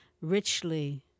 richly